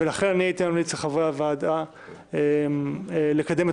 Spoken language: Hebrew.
ולכן אני הייתי ממליץ לחברי הוועדה לאפשר לקדם את